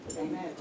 Amen